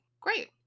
great